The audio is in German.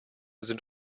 sind